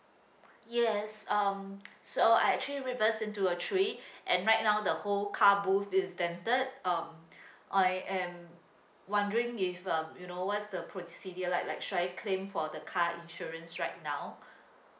yes um so I actually reverse into a tree and right now the whole car booth is dented um I am wondering if uh you know what's the procedure like like should I claim for the car insurance right now